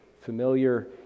Familiar